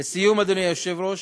לסיום, אדוני היושב-ראש,